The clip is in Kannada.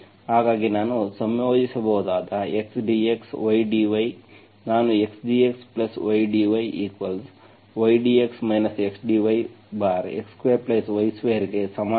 ಹಾಗಾಗಿ ನಾನು ಸಂಯೋಜಿಸಬಹುದಾದ x dx y dy ನಾನು xdxydyy dx x dyx2y2